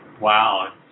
Wow